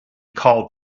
called